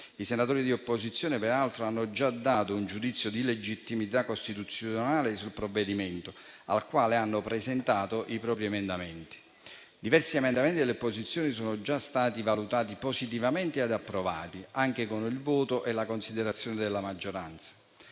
I senatori di opposizione peraltro hanno già dato un giudizio di legittimità costituzionale sul provvedimento, sul quale hanno presentato i propri emendamenti. Diversi emendamenti delle opposizioni sono già stati valutati positivamente ed approvati, anche con il voto e la considerazione della maggioranza.